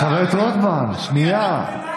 חבר הכנסת רוטמן, שנייה.